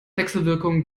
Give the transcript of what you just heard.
wechselwirkung